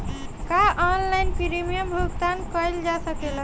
का online premium भुगतान कईल जा सकेला?